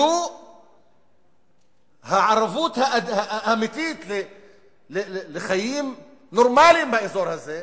שהוא הערבות האמיתית לחיים נורמליים באזור הזה,